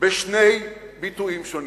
בשני ביטויים שונים.